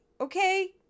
okay